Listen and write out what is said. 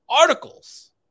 articles